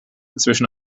zwischen